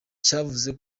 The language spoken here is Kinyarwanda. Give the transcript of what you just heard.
cyavuze